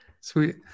Sweet